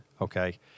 Okay